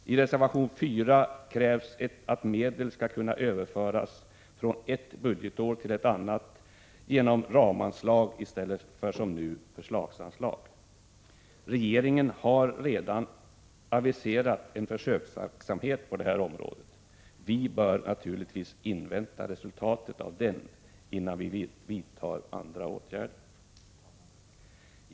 I reservation 4 krävs att medel skall kunna överföras från ett budgetår till ett annat genom ramanslag i stället för, som nu, förslagsanslag. Regeringen har redan aviserat en försöksverksamhet på området. Vi bör naturligtvis invänta resultatet av den innan vi vidtar andra åtgärder.